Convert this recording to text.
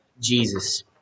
Jesus